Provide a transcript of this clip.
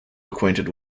acquainted